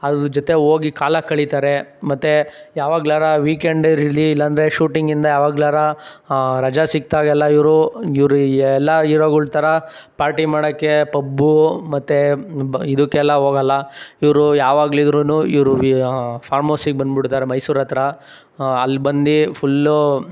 ಅದ್ರ ಜೊತೆ ಹೋಗಿ ಕಾಲ ಕಳೀತಾರೆ ಮತ್ತೆ ಯಾವಾಗ್ಲಾರ ವೀಕೆಂಡ್ ಇರಲಿ ಇಲ್ಲಾಂದರೆ ಶೂಟಿಂಗಿಂದ ಯಾವಾಗ್ಲಾರ ರಜ ಸಿಕ್ದಾಗೆಲ್ಲ ಇವರು ಇವ್ರು ಎಲ್ಲ ಈರೋಗಳ ಥರ ಪಾರ್ಟಿ ಮಾಡೋಕ್ಕೆ ಪಬ್ಬು ಮತ್ತೆ ಇದಕ್ಕೆಲ್ಲ ಹೋಗಲ್ಲ ಇವರು ಯಾವಾಗ್ಲಿದ್ರೂನು ಇವರು ಫಾರ್ಮೌಸಿಗೆ ಬಂದು ಬಿಡ್ತಾರೆ ಮೈಸೂರ್ ಹತ್ರ ಅಲ್ಲಿ ಬಂದು ಫುಲ್ಲು